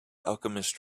alchemist